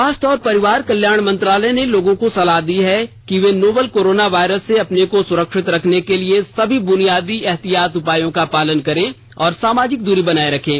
स्वास्थ्य और परिवार कल्याण मंत्रालय ने लोगों को सलाह दी है कि वे नोवल कोरोना वायरस से अपने को सुरक्षित रखने के लिए सभी बुनियादी एहतियाती उपायों का पालन करें और सामाजिक दूरी बनाए रखें